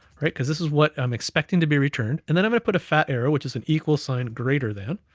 right? because this is what i'm expecting to be returned, and then i'm gonna put a fat arrow, which is an equal sign of greater than,